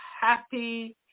happy